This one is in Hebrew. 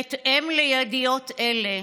בהתאם לידיעות אלה,